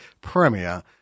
Premier